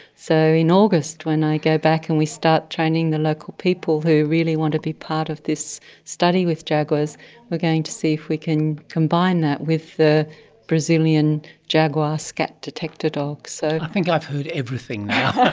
so in august when i go back and we start training the local people who really want to be part of this study with jaguars, we are going to see if we can combine that with the brazilian jaguar scat detector dogs. so i think i've heard everything now!